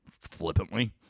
Flippantly